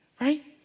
Right